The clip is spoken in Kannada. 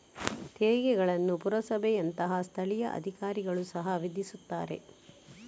ತೆರಿಗೆಗಳನ್ನು ಪುರಸಭೆಯಂತಹ ಸ್ಥಳೀಯ ಅಧಿಕಾರಿಗಳು ಸಹ ವಿಧಿಸುತ್ತಾರೆ